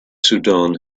sudan